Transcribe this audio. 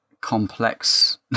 complex